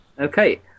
Okay